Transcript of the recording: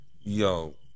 Yo